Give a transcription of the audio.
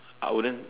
I wouldn't